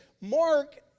Mark